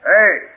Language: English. Hey